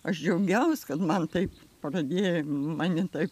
aš džiaugiaus kad man taip pradėjo mane taip